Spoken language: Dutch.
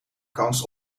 kans